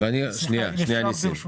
לפני שבעה חודשים